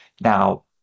Now